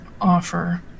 offer